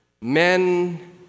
men